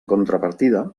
contrapartida